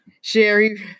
Sherry